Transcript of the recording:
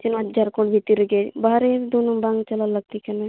ᱥᱮ ᱱᱚᱣᱟ ᱡᱷᱟᱲᱠᱷᱚᱸᱰ ᱵᱷᱤᱛᱤᱨ ᱨᱮᱜᱮ ᱵᱟᱨᱦᱮ ᱫᱚ ᱵᱟᱝ ᱪᱟᱞᱟᱣ ᱞᱟᱹᱠᱛᱤ ᱠᱟᱱᱟ